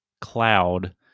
cloud